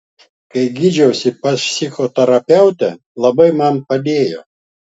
kai gydžiausi pas psichoterapeutę labai man padėjo